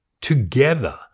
together